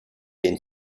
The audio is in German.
den